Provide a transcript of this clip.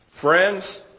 friends